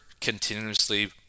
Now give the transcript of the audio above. continuously